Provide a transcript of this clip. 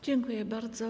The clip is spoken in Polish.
Dziękuję bardzo.